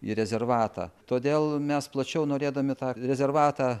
į rezervatą todėl mes plačiau norėdami tą rezervatą